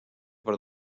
per